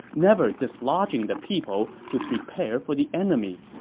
never dislodging the people to prepare for the enemy.